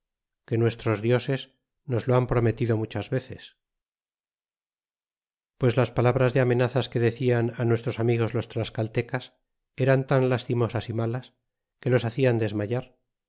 que nuestros dioses nos lo han prometido muchas veces pues las palabras de amenazas que decían nuestros amigos los flascaltecas eran tan lastimosas y malas que los hacian desmayar